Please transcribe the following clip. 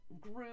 group